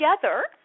together